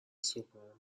صبحها